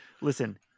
Listen